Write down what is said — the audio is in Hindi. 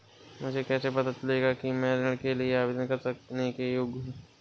मुझे कैसे पता चलेगा कि मैं ऋण के लिए आवेदन करने के योग्य हूँ?